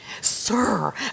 Sir